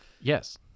Yes